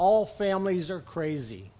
all families are crazy